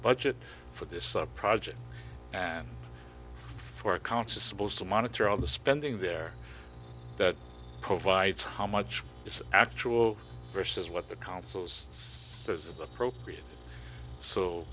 budget for this project and for accounts is supposed to monitor all the spending there that provides how much it's actual versus what the councils says is appropriate so